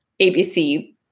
ABC